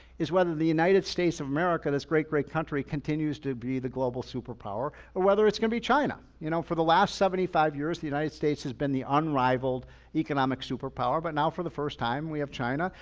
is whether the united states of america, this great, great country continues to be the global superpower or whether it's going to be china. you know for the last seventy five years in the united states has been the unrivaled economic superpower. but now for the first time we have china,